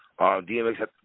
DMX